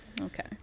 Okay